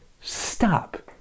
stop